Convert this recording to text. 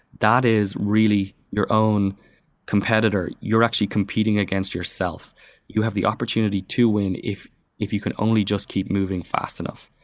that is really your own competitor. you're actually competing against yourself you have the opportunity to win if if you can only just keep moving fast enough.